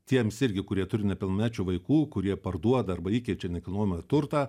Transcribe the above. tiems irgi kurie turi nepilmečių vaikų kurie parduoda arba įkeičia nekilnojamą turtą